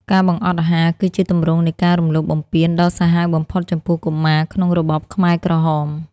ការបង្អត់អាហារគឺជាទម្រង់នៃការរំលោភបំពានដ៏សាហាវបំផុតចំពោះកុមារក្នុងរបបខ្មែរក្រហម។